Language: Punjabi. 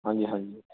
ਹਾਂਜੀ ਹਾਂਜੀ